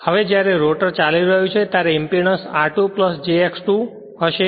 હવે જ્યારે રોટર ચાલી રહ્યું છે ત્યારે impedance r2 j s X 2 હશે